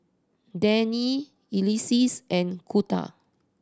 Dannie Ulises and Kunta